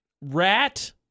rat